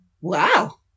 wow